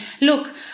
look